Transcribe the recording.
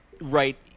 right